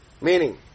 Meaning